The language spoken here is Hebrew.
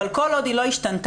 אבל כל עוד היא לא השתנתה,